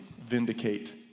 vindicate